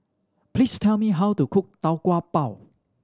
please tell me how to cook Tau Kwa Pau